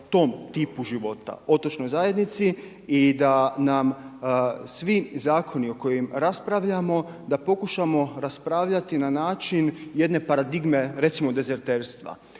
tom tipu života, otočnoj zajednici i da nam svi zakoni o kojima raspravljamo da pokušamo raspravljati na način jedne paradigme recimo dezerterstva.